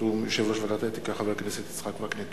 חתום יושב-ראש ועדת האתיקה, חבר הכנסת יצחק וקנין.